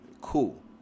Cool